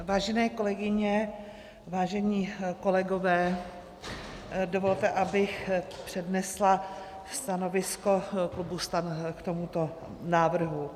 Vážené kolegyně, vážení kolegové, dovolte, abych přednesla stanovisko klubu STAN k tomuto návrhu.